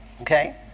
Okay